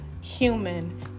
human